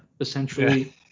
essentially